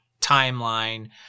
timeline